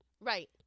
Right